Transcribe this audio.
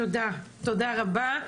תודה רבה.